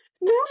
No